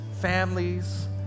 families